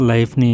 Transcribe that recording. Life